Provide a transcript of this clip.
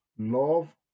love